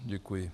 Děkuji.